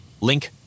Link